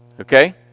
okay